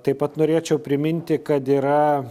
taip pat norėčiau priminti kad yra